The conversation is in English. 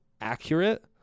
Accurate